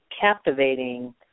captivating